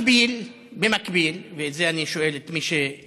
במקביל, במקביל, ואת זה אני שואל את מי שיודעים,